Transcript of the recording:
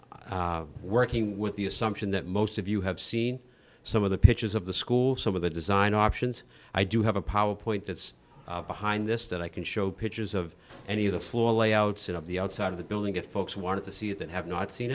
working with the assumption that most of you have seen some of the pictures of the school some of the design options i do have a power point that's behind this that i can show pictures of any of the floor layouts and of the outside of the building that folks want to see it that have not seen